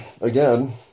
again